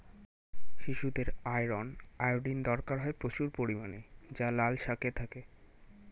শিশুদের iron, iodine দরকার হয় প্রচুর পরিমাণে যা লাল শাকে থাকে